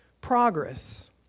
progress